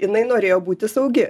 jinai norėjo būti saugi